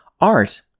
Art